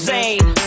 Zane